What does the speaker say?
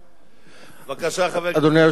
אדוני היושב-ראש,